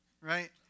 right